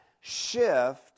shift